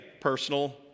personal